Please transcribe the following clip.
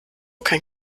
kein